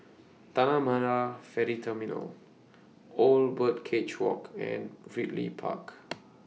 Tanah Marah Ferry Terminal Old Birdcage Walk and Ridley Park